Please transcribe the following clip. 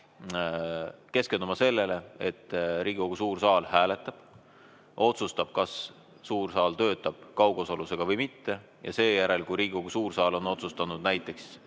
keskenduma sellele, et Riigikogu suur saal hääletab, otsustab, kas suur saal töötab kaugosalusega või mitte, ja seejärel, kui Riigikogu suur saal on otsustanud näiteks